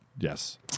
Yes